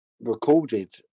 recorded